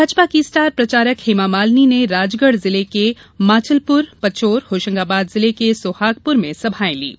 भाजपा की स्टार प्रचारक हेमामालिनी ने राजगढ़ जिले के माचलपुर पचोर होशंगाबाद जिले के सोहागपुर में सभायें लीं